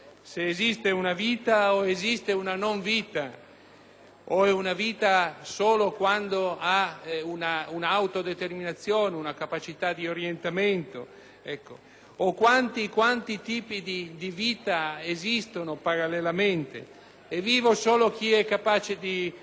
o è vita solo quando si ha un'autodeterminazione, una capacità di orientamento, o quanti tipi di vita esistono parallelamente. È vivo solo chi è capace di determinarsi, di muoversi, di fare quello che vuole